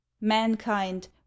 mankind